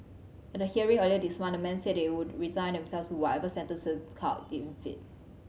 at a hearing earlier this month the men said they would resign themselves to whatever sentence the court deemed fit